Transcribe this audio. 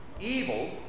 Evil